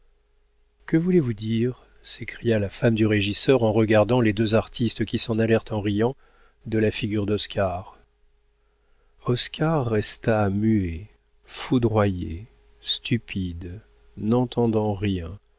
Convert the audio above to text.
que voulez-vous dire s'écria la femme du régisseur en regardant les deux artistes qui s'en allèrent en riant de la figure d'oscar oscar resta muet foudroyé stupide n'entendant rien